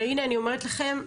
והנה אני אומרת לכם,